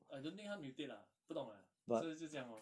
I don't think 他 mutate lah 不懂 leh 所以是这样 lor